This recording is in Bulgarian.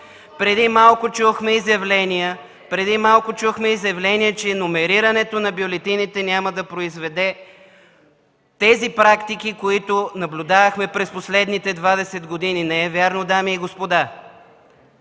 Преди малко чухме изявление, че номерирането на бюлетините няма да произведе тези практики, които наблюдавахме през последните 20 години. Не е вярно, дами и господа!